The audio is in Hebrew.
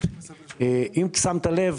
אם שמת לב,